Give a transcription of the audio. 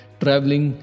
traveling